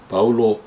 Paulo